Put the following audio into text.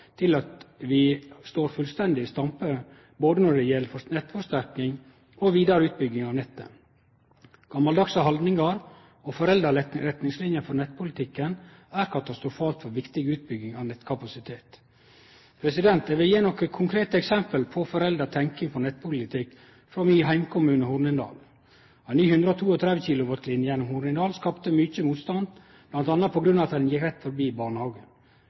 til at vi står fullstendig i stampe både når det gjeld nettforsterking og vidare utbygging av nettet. Gamaldagse haldningar og forelda retningslinjer for nettpolitikken er katastrofalt for viktig utbygging av nettkapasitet. Eg vil gje nokre konkrete eksempel på forelda tenking når det gjeld nettpolitikk, frå min heimkommune, Hornindal. Ei ny 132 kV-linje gjennom Hornindal skapte mykje motstand bl.a. på grunn av at ho gjekk rett forbi barnehagen.